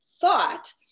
thought